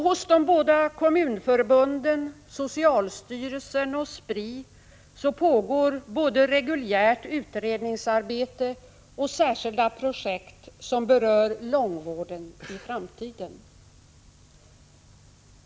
Hos de båda kommunförbunden, socialstyrelsen och Spri pågår både reguljärt utredningsarbete och särskilda projekt som berör långvården i framtiden.